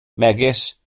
megis